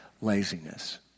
laziness